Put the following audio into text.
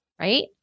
right